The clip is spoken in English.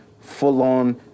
Full-on